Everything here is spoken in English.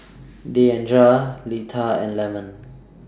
Deandra Leitha and Lemon